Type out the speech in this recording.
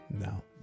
No